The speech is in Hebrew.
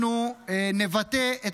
אנחנו נבטא את